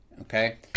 Okay